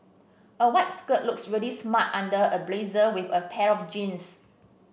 a white shirt looks really smart under a blazer with a pair of jeans